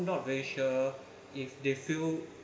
not very sure if they feel